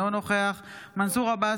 אינו נוכח מנסור עבאס,